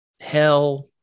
hell